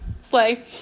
Slay